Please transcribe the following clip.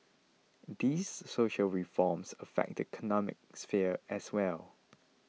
these social reforms affect the economic sphere as well